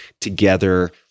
together